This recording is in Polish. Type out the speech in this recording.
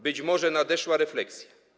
Być może nadeszła refleksja.